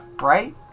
Right